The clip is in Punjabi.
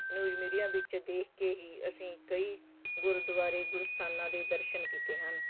ਨਿਊਜ਼ ਮੀਡੀਆ ਵਿੱਚ ਦੇਖ ਕੇ ਹੀ ਅਸੀਂ ਕਈ ਗੁਰਦੁਆਰੇ ਗੁਰਸਥਾਨਾਂ ਦੇ ਦਰਸ਼ਨ ਕੀਤੇ ਹਨ